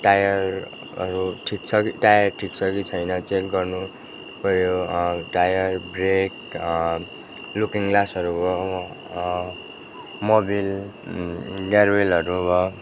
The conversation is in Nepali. टायरहरू ठिक छ कि टायर ठिक छ कि छैन चेक गर्नुपऱ्यो टायर ब्रेक लुकिङ ग्लासहरू भयो मबिल गेयरओयलहरू भयो